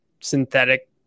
synthetic